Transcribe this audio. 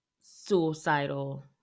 suicidal